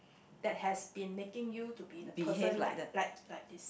that has been making you to be the person like like like this